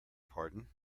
pardon